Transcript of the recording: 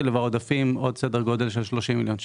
והעודפים עוד סדר גודל של 30 מיליון שקל.